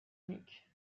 nuque